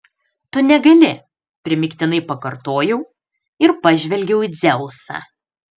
tu negali primygtinai pakartojau ir pažvelgiau į dzeusą